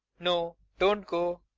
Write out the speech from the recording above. no. don't go.